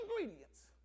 ingredients